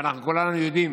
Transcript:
ואנחנו כולנו יודעים